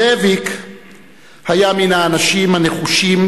זאביק היה מן האנשים הנחושים,